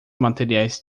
materiais